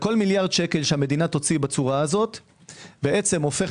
על כל מיליארד שקל שהמדינה תוציא בצורה הזו בעצם הופך